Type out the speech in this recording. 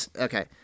okay